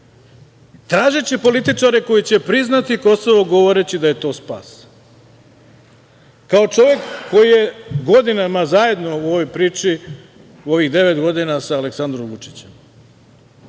Tražiće političare koji će priznati Kosovo govoreći da je to spas. Kao čovek koji je godinama zajedno u ovoj priči, u ovih devet godina, sa Aleksandrom Vučićem,